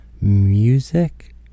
music